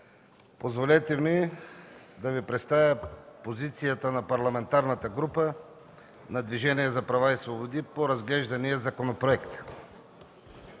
Позволете ми да Ви представя позицията на Парламентарната група на Движението за права и свободи по разглеждания законопроект.